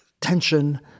tension